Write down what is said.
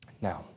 Now